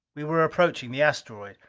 we were approaching the asteroid.